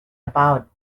about